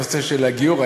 הנושא של הגיור,